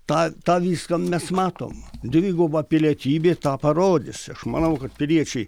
tą tą viską mes matom dviguba pilietybė tą parodys aš manau kad piliečiai